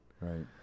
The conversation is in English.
Right